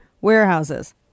warehouses